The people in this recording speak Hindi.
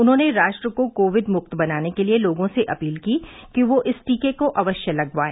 उन्होंने राष्ट्र को कोविड मुक्त बनाने के लिए लोगों से अपील की कि वे इस टीके को अवश्य लगवाए